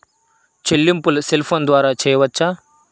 చెల్లింపులు cell phone ద్వారా చేయవచ్చా?